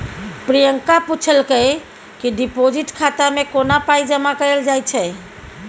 प्रियंका पुछलकै कि डिपोजिट खाता मे कोना पाइ जमा कयल जाइ छै